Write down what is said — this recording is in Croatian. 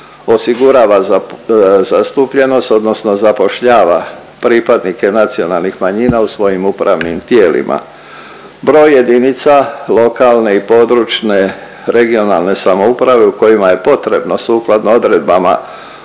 osigurava zastupljenost odnosno zapošljava pripadnike nacionalnih manjina u svojim upravnim tijelima. Broj jedinica lokalne i područne (regionalne) samouprave u kojima je potrebno sukladno odredbama